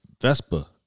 Vespa